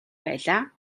байлаа